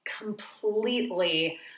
completely